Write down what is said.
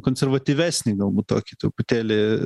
konservatyvesnį galbūt tokį tuptėlį